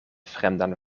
fremdan